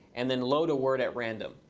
and then load a word at random.